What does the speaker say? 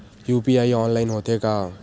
UPI online होथे का?